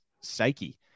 psyche